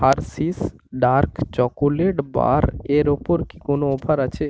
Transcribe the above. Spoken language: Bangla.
হার্শিস ডার্ক চকোলেট বার এর ওপর কি কোনও অফার আছে